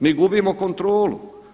Mi gubimo kontrolu.